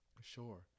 sure